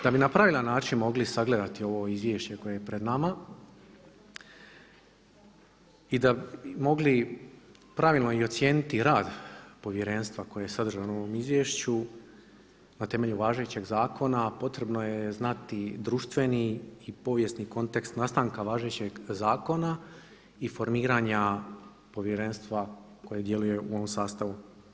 Da bi na pravilan način mogli sagledati ovo izvješće koje je pred nama i da bi mogli pravilno i ocijeniti rad povjerenstva koje je sadržano u ovom izvješću na temelju važećeg zakona potrebno je znati društveni i povijesni kontekst nastanka važećeg zakona i formiranja povjerenstva koje djeluje u ovom sastavu.